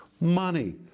money